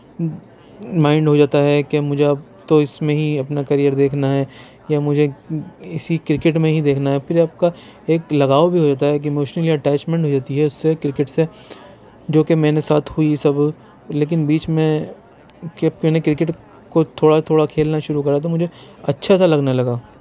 mind ہو جاتا ہے کہ مجھے اب تو اِس میں ہی اپنا کیریئر دیکھنا ہے یا مجھے اِسی کرکٹ میں ہی دیکھنا ہے پھر آپ کا ایک لگاؤ بھی ہو جاتا ہے کہ اِک اموشنلی اٹیچمنٹ ہو جاتی ہے اُس سے کرکٹ سے جو کہ میں نے ساتھ ہوئی سب لیکن بیچ میں کیپ میں نے کرکٹ کو تھوڑا تھوڑا کھیلنا شروع کرا تو مجھے اچھا سا لگنے لگا